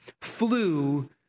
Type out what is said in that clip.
flew